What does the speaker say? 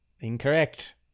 Incorrect